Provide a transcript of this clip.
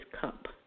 cup